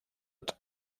und